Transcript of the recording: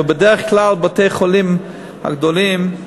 ובדרך כלל בתי-החולים הגדולים,